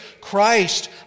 Christ